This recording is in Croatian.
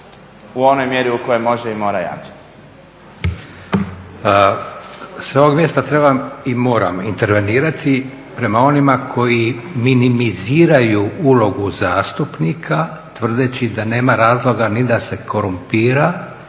u onoj mjeri u kojoj može i mora javiti.